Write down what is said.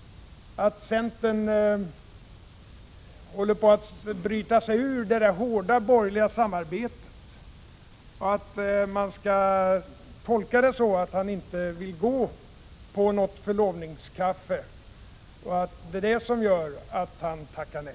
— att centern håller på att bryta sig ur det borgerliga samarbetet — och att man skall tolka det hela så att Olof Johansson inte vill gå på något förlovningskaffe och därför tackar nej.